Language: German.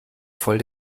voll